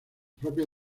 propios